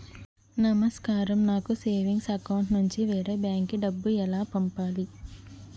నమస్కారం నాకు savings account నుంచి వేరే బ్యాంక్ కి డబ్బు ఎలా పంపాలి?